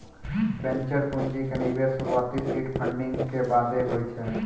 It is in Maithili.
वेंचर पूंजी के निवेश शुरुआती सीड फंडिंग के बादे होय छै